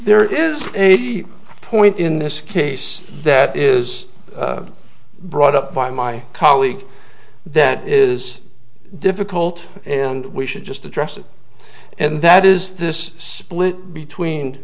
there is a point in this case that is brought up by my colleague that is difficult and we should just address it and that is this split between